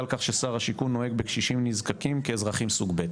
על כך ששר השיכון נוהג בקשישים נזקקים כאזרחים סוג ב',